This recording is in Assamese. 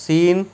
চীন